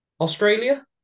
Australia